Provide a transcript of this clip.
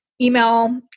email